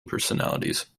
personalities